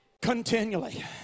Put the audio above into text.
continually